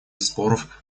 споров